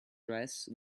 dress